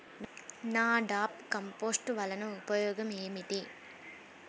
NADEP compost వలన ఉపయోగం ఏమిటి?